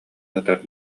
сытар